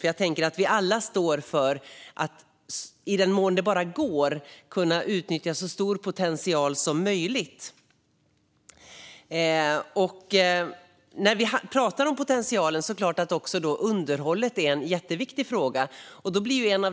Vi står ju alla för att man ska kunna utnyttja så stor potential som möjligt. Apropå potential är underhållet jätteviktigt.